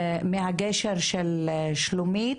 מהגשר של שלומית,